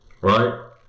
Right